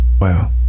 Wow